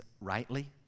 rightly